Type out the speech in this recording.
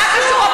מה את עושה?